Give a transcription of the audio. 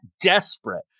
desperate